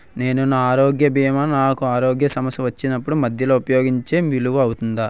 నేను నా ఆరోగ్య భీమా ను నాకు ఆరోగ్య సమస్య వచ్చినప్పుడు మధ్యలో ఉపయోగించడం వీలు అవుతుందా?